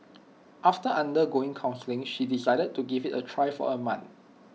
after undergoing counselling she decided to give IT A try for A month